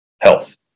health